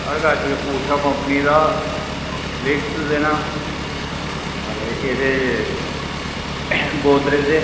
साढ़े कश ऊषा कौंपनी दा फ्लिप्स दे न म्हाराज एह्दे गोदरेज दे